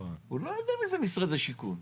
הוא לא יודע מי זה משרד השיכון.